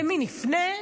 למי נפנה?